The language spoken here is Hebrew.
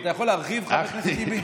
אתה יכול להרחיב, חבר הכנסת טיבי?